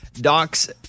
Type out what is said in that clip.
Doc's